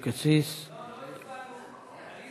מוקדם בוועדת הפנים והגנת הסביבה נתקבלה.